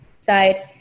side